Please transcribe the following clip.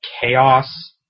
Chaos